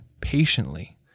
patiently